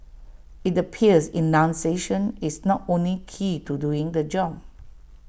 IT appears enunciation is not only key to doing the job